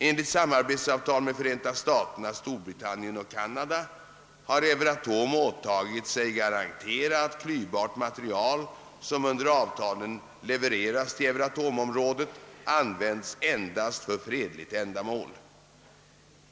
Enligt samarbetsavtal med Förenta staterna, Storbritannien och Kanada har Euratom åtagit sig garantera att klyvbart material, som under avtalen levereras till Euratomområdet, används endast för fredligt ändamål.